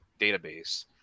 database